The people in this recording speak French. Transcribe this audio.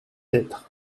être